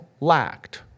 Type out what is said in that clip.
lacked